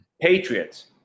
Patriots